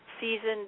seasoned